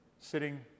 Sitting